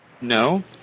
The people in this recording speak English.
No